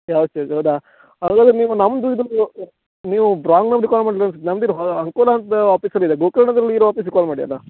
ಯಾವ ಅದಾ ಹಾಗಾದ್ರ್ ನೀವು ನಮ್ದು ಇದು ನೀವು ರಾಂಗ್ ನಂಬ್ರಿಗೆ ಕಾಲ್ ಮಾಡಿದಿರಿ ಅನ್ಸತ್ತೆ ನಮ್ದು ಇದು ಅಂಕೋಲದ ಆಪೀಸಲ್ಲಿ ಇದೆ ಗೋಕರ್ಣದಲ್ಲಿ ಇರೋ ಆಪೀಸಿಗೆ ಕಾಲ್ ಮಾಡಿ ಅಲಾ